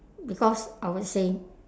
because I would say